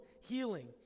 healing